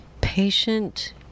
patient